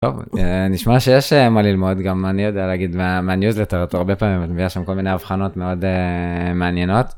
נשמע שיש מה ללמוד גם אני יודע להגיד מה מעניין יותר יותר הרבה פעמים יש שם כל מיני הבחנות מאוד מעניינות.